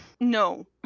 No